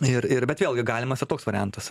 ir ir bet vėlgi galimas ir toks variantas ar ne